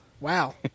wow